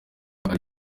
akora